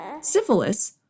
Syphilis